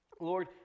Lord